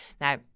Now